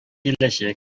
киләчәк